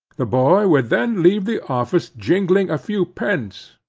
the boy would then leave the office jingling a few pence,